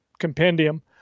compendium